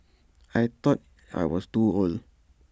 I thought I was too old